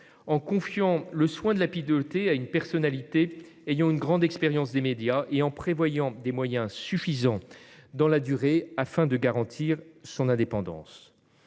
en confiant le soin de la piloter à une personnalité ayant une grande expérience des médias et en prévoyant des moyens suffisants dans la durée, afin de garantir son indépendance.